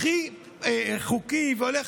הכי חוקי והולך,